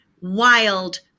wild